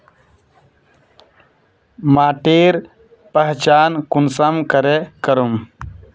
माटिर पहचान कुंसम करे करूम?